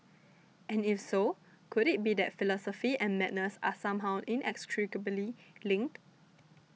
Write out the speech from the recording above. and if so could it be that philosophy and madness are somehow inextricably linked